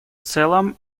целом